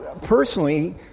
personally